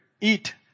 eat